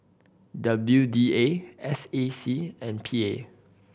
W D A S A C and P A